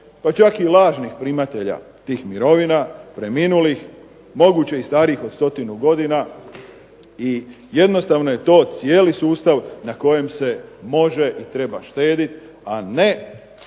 čak i lažnih primatelja tih mirovina, preminulih, moguće i starijih od 100 godina i jednostavno je to cijeli sustav na kojem se može i treba štediti, a ne